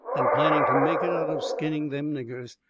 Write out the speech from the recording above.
and planning to make it out of skinning them niggers.